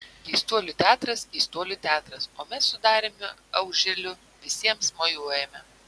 keistuolių teatras keistuolių teatras o mes su dariumi auželiu visiems mojuojame